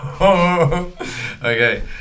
okay